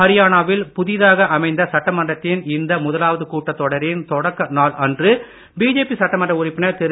ஹரியானாவில் புதிதாக அமைந்த சட்டமன்றத்தின் இந்த முதலாவது கூட்டத்தொடரில் தொடக்கி நாளன்று பிஜேபி சட்டமன்ற உறுப்பினர் திரு